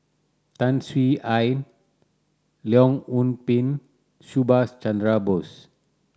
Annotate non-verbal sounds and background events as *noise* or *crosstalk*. Tan Swie *unintelligible* Leong Yoon Pin Subhas Chandra Bose